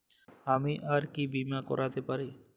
আমি আর কি বীমা করাতে পারি?